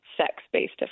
sex-based